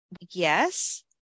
yes